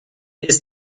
ist